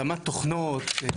התאמת תוכנות,